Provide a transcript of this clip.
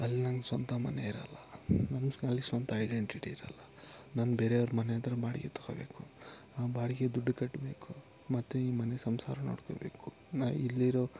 ಅಲ್ಲಿ ನಂಗೆ ಸ್ವಂತ ಮನೆ ಇರಲ್ಲ ನಂಗೆ ಅಲ್ಲಿ ಸ್ವಂತ ಐಡೆಂಟಿಟಿ ಇರಲ್ಲ ನಾನು ಬೇರೆಯವರ ಮನೆ ಬಾಡಿಗೆ ತಗೋಬೇಕು ಆ ಬಾಡಿಗೆ ದುಡ್ಡು ಕಟ್ಟಬೇಕು ಮತ್ತು ಈ ಮನೆ ಸಂಸಾರ ನೋಡ್ಕೋಬೇಕು ನಾನು ಇಲ್ಲಿರೊ